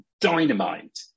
dynamite